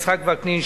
יצחק וקנין,